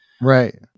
Right